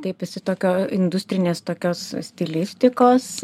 taip jisai tokio industrinės tokios stilistikos